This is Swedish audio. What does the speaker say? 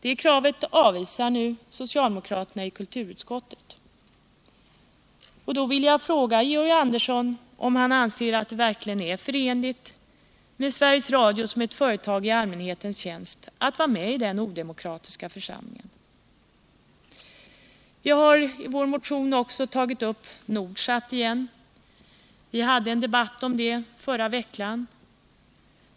Det kravet avvisas nu av socialdemokraterna i kulturutskottet. Då vill jag fråga Georg Andersson om han anser att det verkligen är förenligt med Sveriges Radio som ett företag i allmänhetens tjänst att vara med i den odemokratiska församlingen. Vi har i vår motion också tagit upp Nordsat. Vi hade en debatt om det förra veckan.